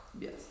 Yes